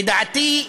לדעתי,